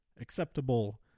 acceptable